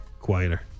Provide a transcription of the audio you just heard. Quieter